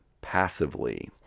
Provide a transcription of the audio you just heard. passively